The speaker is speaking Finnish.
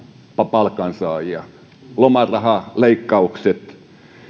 palkansaajia lomarahaleikkaukset